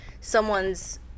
someone's